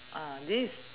this